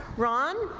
ron,